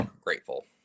grateful